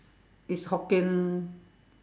it's Hokkien